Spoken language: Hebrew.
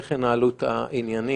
איך ינהלו את העניינים?